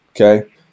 okay